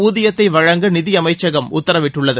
ஊதியத்ததை வழங்க நிதியமைச்சகம் உத்தரவிட்டுள்ளது